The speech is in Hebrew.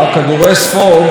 וגם פגעה.